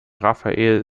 rafael